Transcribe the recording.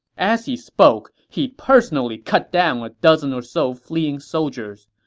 as he spoke, he personally cut down a dozen or so fleeing soldiers.